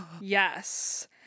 Yes